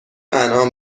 انعام